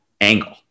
angle